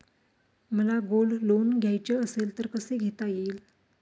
मला gold loan घ्यायचे असेल तर कसे घेता येईल?